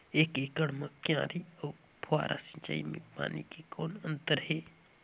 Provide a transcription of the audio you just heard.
एक एकड़ म क्यारी अउ फव्वारा सिंचाई मे पानी के कौन अंतर हे?